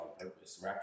purpose